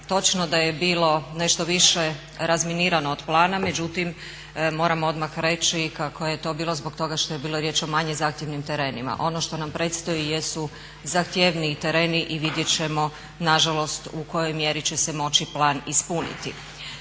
Točno da je bilo nešto više razminirano od plana, međutim, moram odmah reći kako je to bilo zbog toga što je bilo riječ o manje zahtjevnih terenima. Ono što nam predstoji jesu zahtjevniji tereni i vidjeti ćemo nažalost u kojoj mjeri će se moći plan ispuniti.